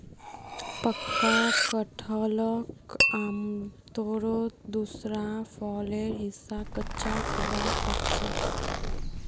पक्का कटहलक आमतौरत दूसरा फलेर हिस्सा कच्चा खबा सख छि